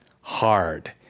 hard